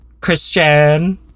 Christian